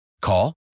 Call